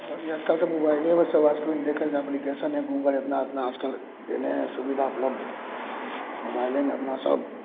कहली आजकल तऽ मोबाइलेमे सभ आजकल देखय लेल जा एप्लीकेशन गूगल इतना इतना आजकल कयने हइ सुविधा उपलब्ध मोबाइलेमे अपना सभ